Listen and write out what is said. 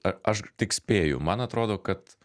a aš g tik spėju man atrodo kad